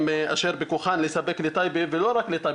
אשר בכוחן לספק בטייבה ולא רק לטייבה,